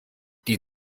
die